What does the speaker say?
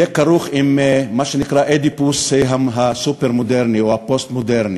יהיה כרוך עם מה שנקרא אדיפוס הסופר-מודרני או הפוסט-מודרני.